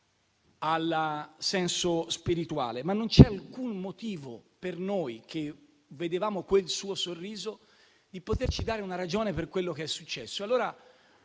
al senso spirituale, ma non c'è alcun motivo per noi che vedevamo quel suo sorriso di poterci dare una ragione per quello che è successo.